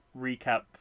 recap